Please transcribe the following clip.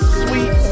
sweet